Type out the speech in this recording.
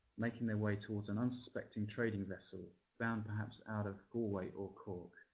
making their way towards an unsuspecting trading vessel bound perhaps out of galway or cork.